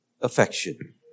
affection